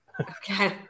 okay